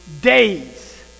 days